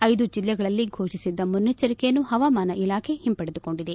ಐದು ಜಿಲ್ಲೆಗಳಲ್ಲಿ ಫೋಷಿಸಿದ್ದ ಮುನ್ನೆಚ್ಚರಿಕೆಯನ್ನು ಪಮಾಮಾನ ಇಲಾಖೆ ಹಿಂಪಡೆದುಕೊಂಡಿದೆ